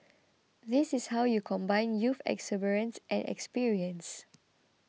this is how you combine youth exuberance and experience